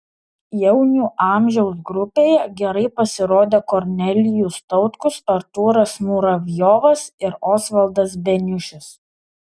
jaunių amžiaus grupėje gerai pasirodė kornelijus tautkus artūras muravjovas ir osvaldas beniušis